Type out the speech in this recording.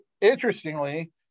interestingly